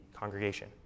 congregation